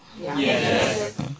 Yes